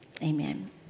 Amen